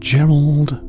Gerald